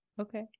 Okay